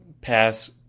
pass